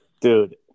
dude